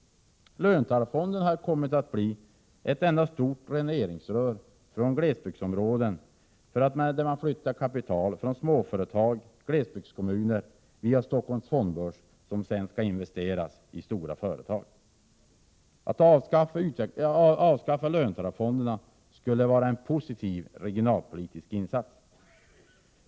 Löntagarfonderna har kommit att bli ett enda stort dräneringsrör från glesbygdsområdena. Man flyttar kapital från småföretag och glesbygdskommuner via Stockholms fondbörs, och detta kapital investeras sedan i stora företag. Att avskaffa löntagarfonderna skulle vara en positiv regionalpolitisk insats.